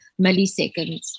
milliseconds